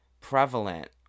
prevalent